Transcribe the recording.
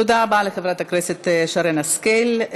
תודה רבה לחברת הכנסת שרן השכל.